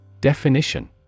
Definition